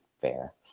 fair